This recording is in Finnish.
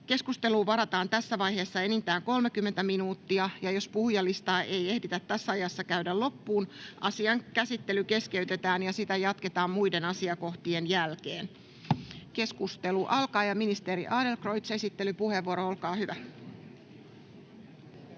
Keskusteluun varataan tässä vaiheessa enintään 30 minuuttia. Jos puhujalistaa ei tässä ajassa ehditä käydä loppuun, asian käsittely keskeytetään ja sitä jatketaan muiden asiakohtien jälkeen. — Esittelijänä ministeri Meri, olkaa hyvä.